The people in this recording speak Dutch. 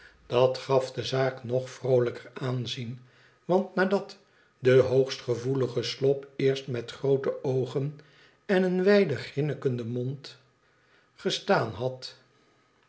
dat gaf de zaak nog vroolijker aanzien want nadat de hoogst gevoelige slop eerst met groote oogen en een wijden grinnikenden mond gestaan had